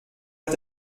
est